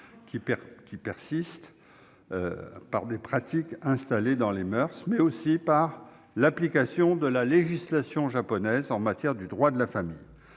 qui persistent par des pratiques installées dans les moeurs, mais aussi par l'application de la législation japonaise en matière de droit de la famille.